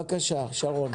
בבקשה שרון.